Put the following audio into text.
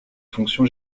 fonction